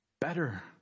Better